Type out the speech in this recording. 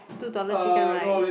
two dollar chicken rice